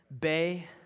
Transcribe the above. Bay